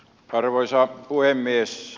arvoisa puhemies